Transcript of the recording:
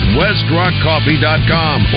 westrockcoffee.com